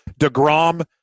DeGrom